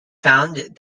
found